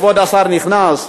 כבוד השר נכנס.